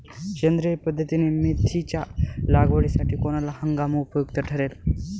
सेंद्रिय पद्धतीने मेथीच्या लागवडीसाठी कोणता हंगाम उपयुक्त ठरेल?